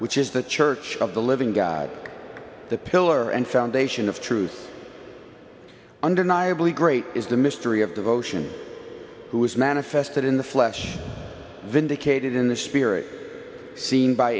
which is the church of the living god the pillar and foundation of truth undeniably great is the mystery of devotion who is manifested in the flesh vindicated in the spirit seen by